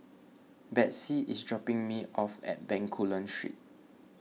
Betsey is dropping me off at Bencoolen Street